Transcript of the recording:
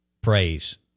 praise